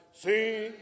sing